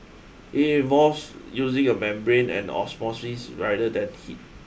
it involves using a membrane and osmosis rather than heat